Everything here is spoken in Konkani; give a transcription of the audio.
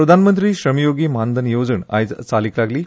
प्रधानमंत्री श्रमयोगी मानधन येवजण आयज चालीक लागली